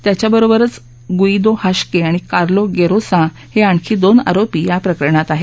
त्याच्याबरोबरच Guido Haschke आणि Carlo Gerosa हे आणखी दोन आरोपी या प्रकरणात आहेत